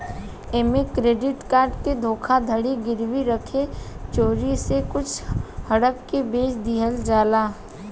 ऐमे credit card के धोखाधड़ी गिरवी रखे चोरी से कुछ हड़प के बेच दिहल जाला